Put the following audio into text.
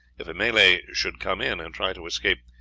if a malay should come in and try to escape,